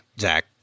Zach